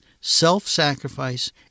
self-sacrifice